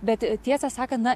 bet tiesą sakan na